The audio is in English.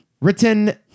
written